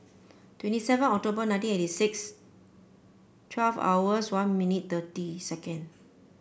twenty seven October nineteen eighty six twelve hours one minute thirty second